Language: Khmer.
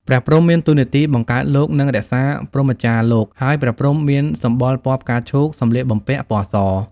ព្រះព្រហ្ម មានតួនាទីបង្កើតលោក និងរក្សាព្រហ្មចារ្យលោក ហើយព្រះព្រហ្មមានសម្បុរពណ៌ផ្កាឈូក សំម្លៀកបំពាក់ពណ៌ស ។